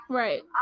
right